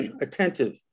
attentive